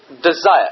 desire